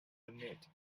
admit